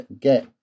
get